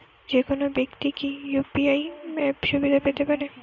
যেকোনো ব্যাক্তি কি ইউ.পি.আই অ্যাপ সুবিধা পেতে পারে?